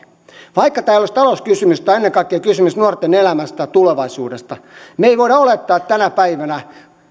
vaikka tämä ei ole edes talouskysymys tämä on ennen kaikkea kysymys nuorten elämästä ja tulevaisuudesta me emme voi olettaa että tänä päivänä